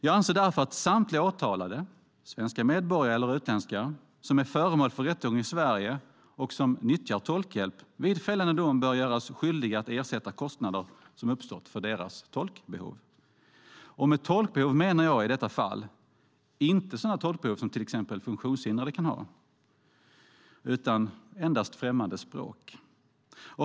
Jag anser därför att samtliga åtalade - svenska medborgare eller utländska - som är föremål för rättegång i Sverige och som nyttjar tolkhjälp vid fällande dom bör göras skyldiga att ersätta kostnader som har uppstått för deras tolkbehov. Med tolkbehov menar jag i detta fall inte sådana tolkbehov som till exempel funktionshindrade kan ha, utan endast främmande språk.